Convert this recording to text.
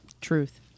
Truth